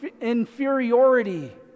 inferiority